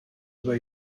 über